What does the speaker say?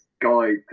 Guide